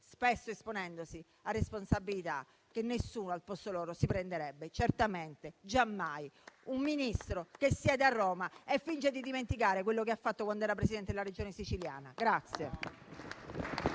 spesso assumendosi responsabilità che nessuno al posto loro si prenderebbe. Certamente, giammai. È un Ministro che siede a Roma e finge di dimenticare quello che ha fatto quando era Presidente della Regione siciliana.